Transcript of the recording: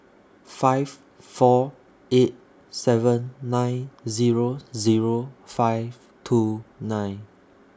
five four eight seven nine Zero Zero five two nine